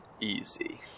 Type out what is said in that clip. easy